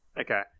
Okay